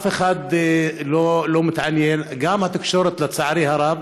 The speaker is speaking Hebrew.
אף אחד לא מתעניין, גם התקשורת, לצערי הרב,